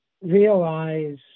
realize